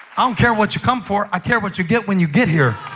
i don't care what you come for i care what you get when you get here.